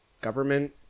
government